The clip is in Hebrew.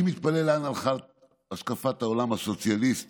אני מתפלא לאן הלכה השקפת העולם הסוציאליסטית